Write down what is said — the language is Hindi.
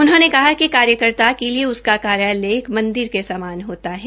उन्होंने कहा कि कार्यकर्ता के लिए उसका कार्यालय एक मंदिर के समान होता है